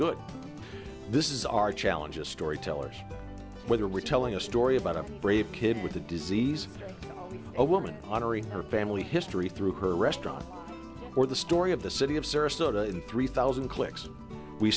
good this is our challenge as storytellers whether we're telling a story about a brave kid with a disease a woman honoring her family history through her restaurant or the story of the city of sarasota in three thousand clicks we